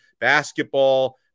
basketball